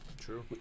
True